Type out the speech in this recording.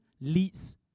leads